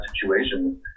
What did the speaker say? situations